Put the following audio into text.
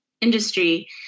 industry